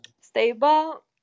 stable